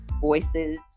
voices